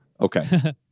Okay